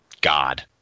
God